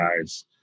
guys